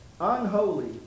unholy